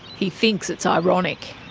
he thinks it's ironic.